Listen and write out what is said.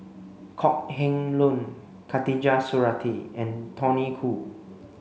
Kok Heng Leun Khatijah Surattee and Tony Khoo